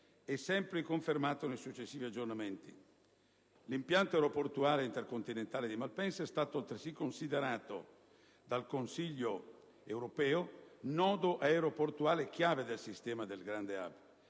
e sempre riconfermato nei successivi aggiornamenti; l'impianto aeroportuale intercontinentale di Malpensa è stato altresì considerato dal Consiglio europeo quale nodo aeroportuale chiave del sistema dei grandi *hub.*